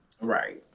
Right